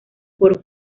por